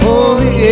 Holy